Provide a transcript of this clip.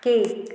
cake